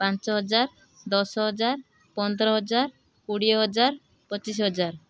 ପାଞ୍ଚହଜାର ଦଶହଜାର ପନ୍ଦରହଜାର କୋଡ଼ିଏହଜାର ପଚିଶହଜାର